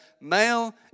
male